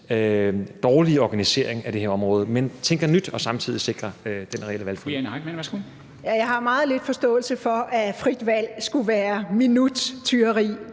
dårlig organisering af det her område, man tænker nyt og samtidig sikrer den reelle valgfrihed.